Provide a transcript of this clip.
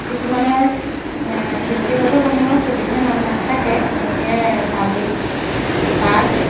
কিছুমানৰ ব্যক্তিগত বাহনৰ সুবিধা না নাথাকে তেওঁলোকে পাব্লিক বাছ